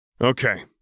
Okay